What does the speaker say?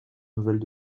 nouvelles